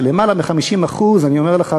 של יותר מ-50% אני אומר לך,